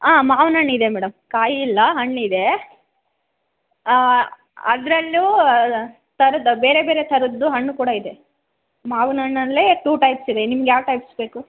ಹಾಂ ಮಾವಿನ ಹಣ್ಣ್ ಇದೆ ಮೇಡಮ್ ಕಾಯಿ ಇಲ್ಲ ಹಣ್ಣು ಇದೆ ಅದರಲ್ಲೂ ಥರದ್ದು ಬೇರೆ ಬೇರೆ ಥರದ್ದು ಹಣ್ಣು ಕೂಡ ಇದೆ ಮಾವಿನ ಹಣ್ಣಲ್ಲೇ ಟೂ ಟೈಪ್ಸ್ ಇದೆ ನಿಮ್ಗೆ ಯಾವ ಟೈಪ್ಸ್ ಬೇಕು